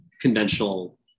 conventional